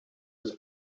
his